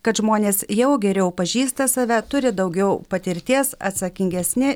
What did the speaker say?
kad žmonės jau geriau pažįsta save turi daugiau patirties atsakingesni